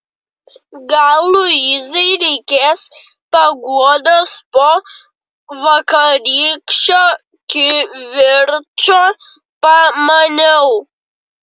gal luizai reikės paguodos po vakarykščio kivirčo pamaniau